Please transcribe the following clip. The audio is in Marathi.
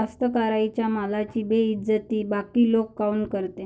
कास्तकाराइच्या मालाची बेइज्जती बाकी लोक काऊन करते?